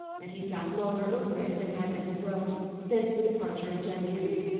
and he sat longer over it than had been his wont since the departure of jenkins.